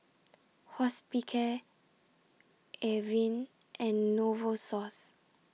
Hospicare Avene and Novosource